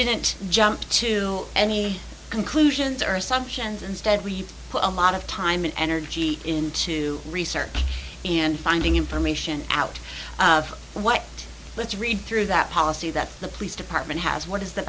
didn't jump to any conclusions or assumptions instead we've put a lot of time and energy into research and finding information out of what let's read through that policy that the police department has what is the